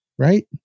right